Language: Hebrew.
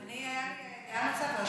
הייתה לי דעה נוספת.